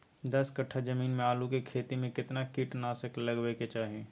दस कट्ठा जमीन में आलू के खेती म केतना कीट नासक लगबै के चाही?